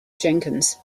jenkins